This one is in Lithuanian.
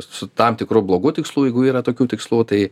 su tam tikru blogu tikslu jeigu yra tokių tikslų tai